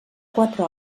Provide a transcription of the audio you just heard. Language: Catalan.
quatre